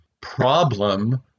problem